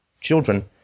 children